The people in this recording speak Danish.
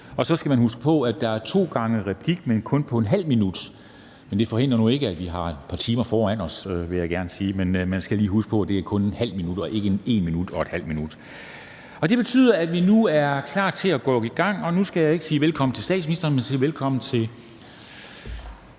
Så skal man huske på, at der er to gange replik, men kun på ½ minut. Det forhindrer nu ikke, at vi har et par timer foran os, vil jeg gerne sige. Men man skal lige huske på, at det kun er ½ minut og ikke 1 minut og så ½ minut. Det betyder, at vi nu er klar til at gå i gang. Nu skal jeg ikke sige velkommen til statsministeren, men sige velkommen til